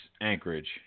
Anchorage